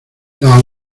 las